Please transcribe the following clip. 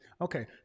Okay